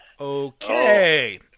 okay